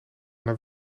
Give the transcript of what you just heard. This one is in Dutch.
naar